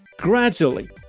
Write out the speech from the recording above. gradually